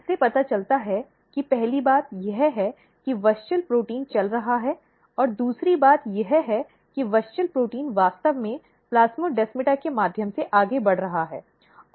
इससे पता चलता है कि पहली बात यह है कि WUSCHEL प्रोटीन चल रहा है और दूसरी बात यह है कि WUSCHEL प्रोटीन वास्तव में प्लास्मोडेसमाटा के माध्यम से आगे बढ़ रहा है